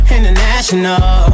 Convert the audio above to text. International